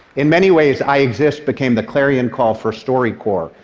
in many ways, i exist became the clarion call for storycorps,